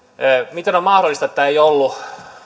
miten on mahdollista että tämä ei ollut